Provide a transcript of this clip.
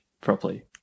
properly